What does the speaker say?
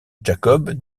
jakob